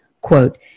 Quote